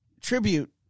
tribute